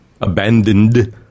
Abandoned